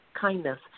kindness